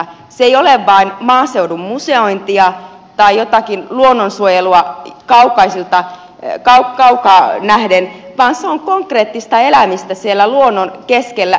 se ei ole vain maaseudun museointia tai jotakin luonnonsuojelua kaukaa nähden vaan se on konkreettista elämistä siellä luonnon keskellä